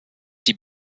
die